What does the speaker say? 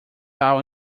out